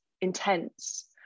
intense